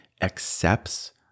accepts